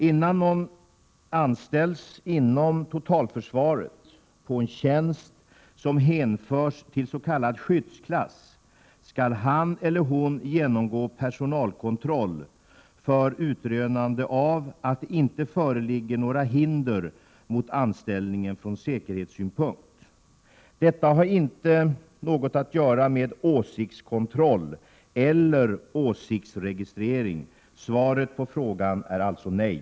Innan någon anställs inom totalförsvaret på en tjänst som hänförs till s.k. skyddsklass skall han eller hon genomgå personalkontroll för utrönande av att det inte föreligger några hinder mot anställningen från säkerhetssynpunkt. Detta har inte något att göra med åsiktskontroll eller åsiktsregistrering. Svaret på frågan är alltså nej.